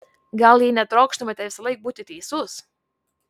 gal jei netrokštumėte visąlaik būti teisus